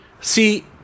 See